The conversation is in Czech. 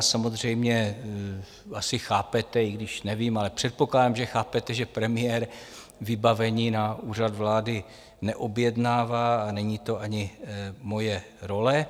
Samozřejmě asi chápete, i když nevím, ale předpokládám, že chápete, že premiér vybavení na Úřad vlády neobjednává, a není to ani moje role.